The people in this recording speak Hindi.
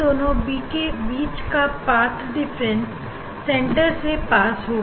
इन दोनों बी के बीच का पाथ डिफरेंस सेंटर से पास होगा